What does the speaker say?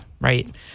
Right